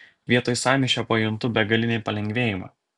vietoj sąmyšio pajuntu begalinį palengvėjimą